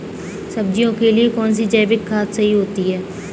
सब्जियों के लिए कौन सी जैविक खाद सही होती है?